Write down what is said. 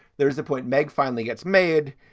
there is a point meg finally gets made.